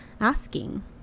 asking